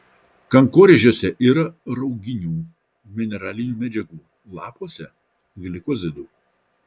kankorėžiuose yra rauginių mineralinių medžiagų lapuose glikozidų